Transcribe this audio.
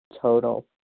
total